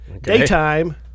daytime